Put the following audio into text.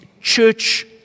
Church